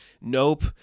Nope